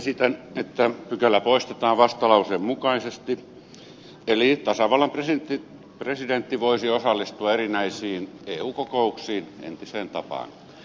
esitän että pykälä poistetaan vastalauseen mukaisesti eli tasavallan presidentti voisi osallistua erinäisiin eu kokouksiin entiseen tapaan